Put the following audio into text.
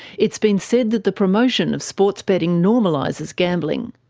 it's been said that the promotion of sports betting normalises gambling.